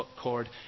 cord